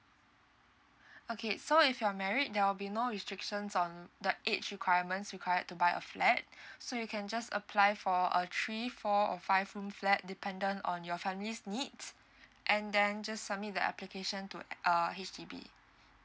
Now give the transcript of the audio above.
okay so if you're married there will be no restrictions on the age requirements required to buy a flat so you can just apply for a three four or five room flat dependent on your family's needs and then just submit the application to uh H_D_B